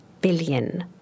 billion